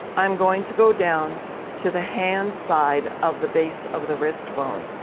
i'm going to go down to the hand side of the base of the wrist bone.